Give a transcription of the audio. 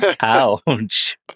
ouch